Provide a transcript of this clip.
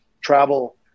travel